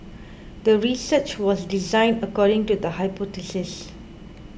the research was designed according to the hypothesis